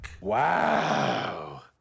Wow